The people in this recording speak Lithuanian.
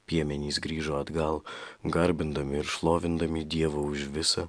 piemenys grįžo atgal garbindami ir šlovindami dievą už visa